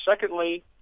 secondly